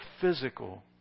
physical